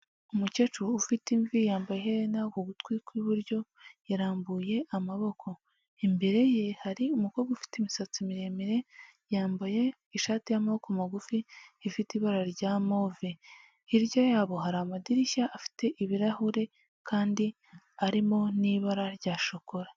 Umukecuru ufite imvi yambaye iherena ku gutwi kw'iburyo yarambuye amaboko. Imbere ye hari umukobwa ufite imisatsi miremire yambaye ishati y'amaboko magufi ifite ibara rya move. Hirya yabo hari amadirishya afite ibirahure kandi arimo n'ibara rya shokora.